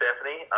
Stephanie